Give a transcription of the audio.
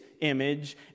image